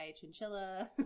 chinchilla